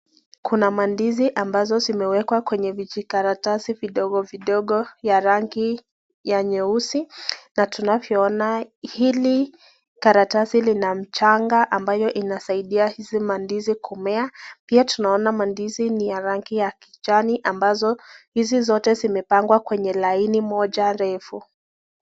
Kuna ndizi ambazo zimewekwa kwenye vijikaratasi vidogo vidogo vya rangi ya nyeusi, na tunavyo ona hili karatasi lina mchanga ambayo inasadia hizi ndizi kumea, Pia tunaona ndizi ni ya rangi ya kijani ambazo hizi zote zimepagwa kwenye laini moja refu.